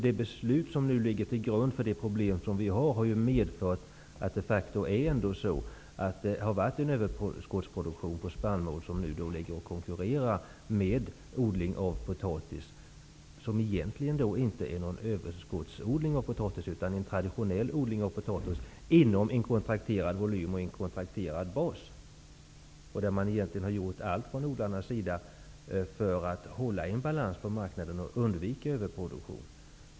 Det beslut som nu ligger till grund för de problem som vi nu har har medfört att det de facto har varit en överskottsproduktion av spannmål som nu konkurrerar med odling av potatis, som egentligen inte är någon överskottsodling utan en traditionell odling av potatis inom en kontrakterad volym och en kontrakterad bas. Där har man egentligen gjort allt från odlarnas sida för att upprätthålla en balans på marknaden för att undvika överproduktion.